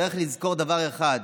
צריך לזכור דבר אחד: